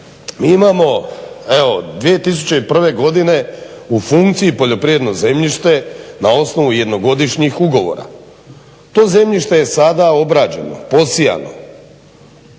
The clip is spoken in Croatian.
mi imamo evo 2001. godine u funkciji poljoprivredno zemljište na osnovu jednogodišnjih ugovora. To zemljište je sada obrađeno, posijano.